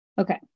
Okay